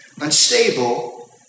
unstable